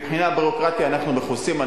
מבחינה ביורוקרטית אנחנו מכוסים,